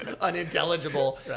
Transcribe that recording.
unintelligible